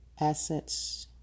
assets